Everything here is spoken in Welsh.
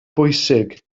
bwysig